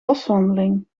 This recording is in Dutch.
boswandeling